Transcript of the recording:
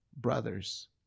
brothers